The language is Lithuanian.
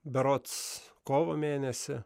berods kovo mėnesį